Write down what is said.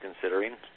considering